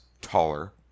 taller